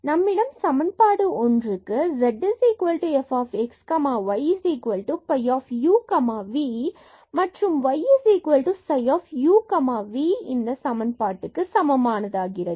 நம்மிடம் சமன்பாடு ஒன்றுக்கு zf x y phi u v மற்றும் y psi u v சமன்பாடு க்கு சமமாகிறது